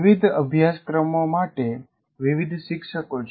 વિવિધ અભ્યાસક્રમો માટે વિવિધ શિક્ષકો છે